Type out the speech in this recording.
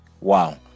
wow